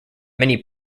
many